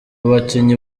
bakinnyi